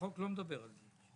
לא מדבר על זה.